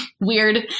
weird